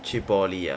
去 poly ah